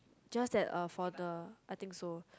just that a for a I think so